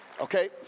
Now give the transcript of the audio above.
Okay